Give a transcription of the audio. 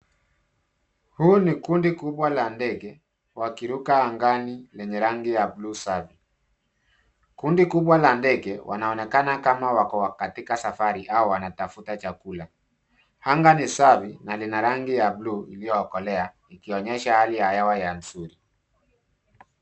Huu ni kundi kubwa la ndege wakiruka angani yenye rangi ya blue safi. Kundi kubwa la ndege wanaonekana kama wako katika safari au wanatafuta chakula. Anga ni safi na ni la rangi ya blue iliyokolea ikionyesha hali ya hewa ya nzuri.